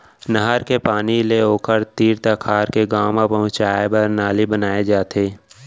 नहर के पानी ले ओखर तीर तखार के गाँव म पहुंचाए बर नाली बनाए जाथे